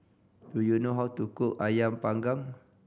do you know how to cook Ayam Panggang